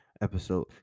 episode